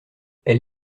elle